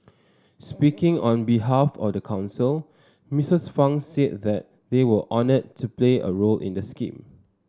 speaking on behalf the council Mistress Fang said that they were honoured to play a role in the scheme